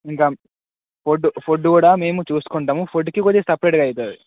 ఇంకా food food కూడా మేము చూసుకుంటాము ఫుడ్కి కొద్దిగా సెపరేట్గా అవుతుంది